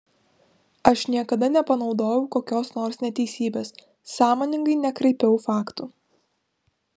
aš niekada nepanaudojau kokios nors neteisybės sąmoningai nekraipiau faktų